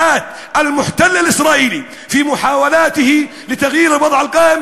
של הכובש הישראלי בניסיונותיו לשנות את הסטטוס-קוו).